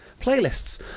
playlists